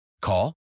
Call